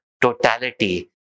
totality